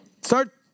start